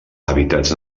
hàbitats